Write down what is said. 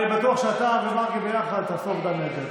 אני בטוח שאתה ומרגי ביחד תעשו עבודה נהדרת.